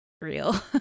real